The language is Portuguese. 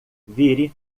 vire